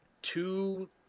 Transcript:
two